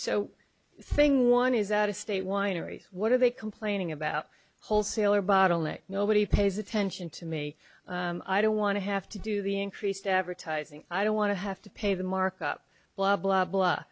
so thing one is out of state wineries what are they complaining about wholesaler bottleneck nobody pays attention to me i don't want to have to do the increased advertising i don't want to have to pay the markup blah blah blah